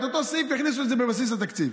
את אותו הסעיף הכניסו בבסיס התקציב.